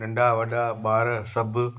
नंढा वॾा ॿार सभु